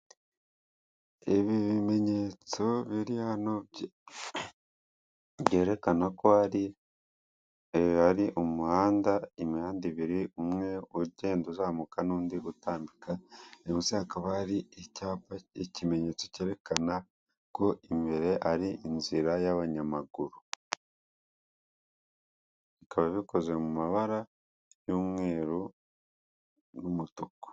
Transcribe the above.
Ibi bimenyetso biriya byerekana ko hari imihanda ibiri umwe ugenda uzamuka n'undi gutambika hakaba hari ikimenyetso cyerekana ko imbere ari y'abanyamaguru mu mabara y'umweru n'umutuku.